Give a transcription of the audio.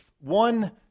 one